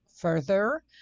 further